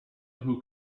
who